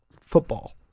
football